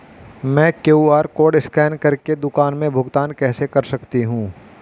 मैं QR code scan कर के दुकान में भुगतान कैसे कर सकती हूँ?